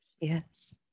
Yes